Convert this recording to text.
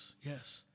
yes